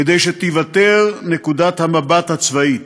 כדי שתיוותר נקודת המבט הצבאית,